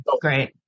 Great